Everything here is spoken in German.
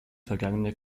vergangene